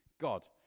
God